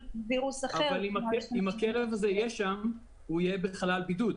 אבל אם הכלב הזה יהיה שם הוא יהיה בחלל בידוד.